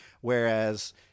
Whereas